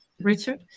Richard